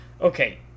Okay